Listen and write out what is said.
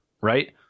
Right